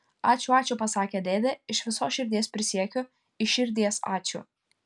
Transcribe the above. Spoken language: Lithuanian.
ačiū ačiū pasakė dėdė iš visos širdies prisiekiu iš širdies ačiū